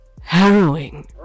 harrowing